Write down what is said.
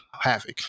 havoc